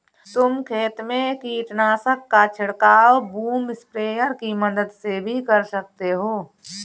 तुम खेत में कीटनाशक का छिड़काव बूम स्प्रेयर की मदद से भी कर सकते हो